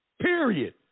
period